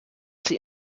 sie